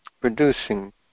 producing